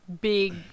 big